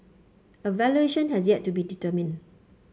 a valuation has yet to be determined